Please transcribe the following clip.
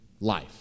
life